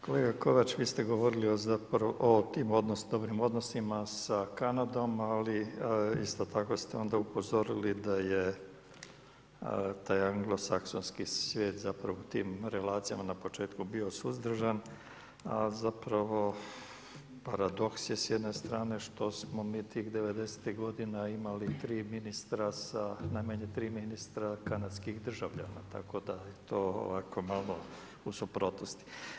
Kolega Kovač, vi ste govorili o tim dobrim odnosima sa Kanadom, ali isto tako ste onda upozorili da je taj anglosaksonski svijet zapravo tim relacijama na početku bio suzdržan, a zapravo paradoks je s jedne strane što smo mi tih devedesetih godina imali tri ministra, najmanje tri ministra kanadskih državljana, tako da je to ovako malo u suprotnosti.